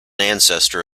ancestor